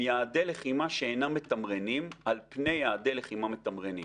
יעדי לחימה שאינם מתמרנים על פני יעדי לחימה מתמרנים.